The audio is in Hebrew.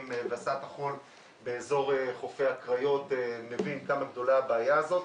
והסעת החול באזור חופי הקריות מבין כמה גדולה הבעיה הזאת,